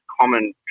common